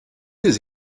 des